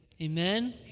Amen